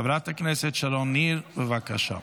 חברת הכנסת שרון ניר, בבקשה.